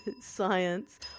science